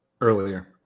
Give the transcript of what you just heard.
Earlier